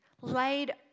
laid